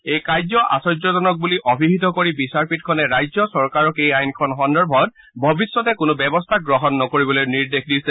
এই কাৰ্য আশ্চৰ্যজনক বুলি অভিহিত কৰি বিচাৰপীঠখনে ৰাজ্য চৰকাৰক এই আইনখন সন্দৰ্ভত ভৱিষ্যতে কোনো ব্যৱস্থা গ্ৰহণ নকৰিবলৈ নিৰ্দেশ দিছে